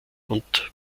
und